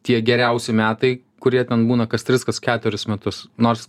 tie geriausi metai kurie ten būna kas tris kas keturis metus nors